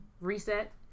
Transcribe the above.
reset